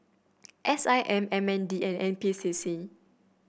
S I M M N D and N P C C